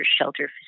shelter